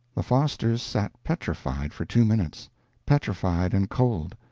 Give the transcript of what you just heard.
the fosters sat petrified for two minutes petrified and cold.